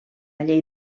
llei